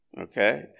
Okay